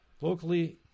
Locally